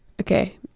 Okay